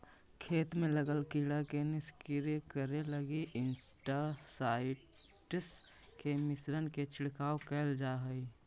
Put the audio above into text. खेत में लगल कीड़ा के निष्क्रिय करे लगी इंसेक्टिसाइट्स् के मिश्रण के छिड़काव कैल जा हई